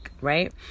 right